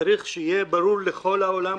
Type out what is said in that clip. וצריך שיהיה ברור לכל העולם,